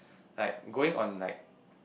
like going on like